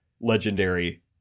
legendary